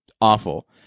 awful